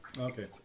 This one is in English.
Okay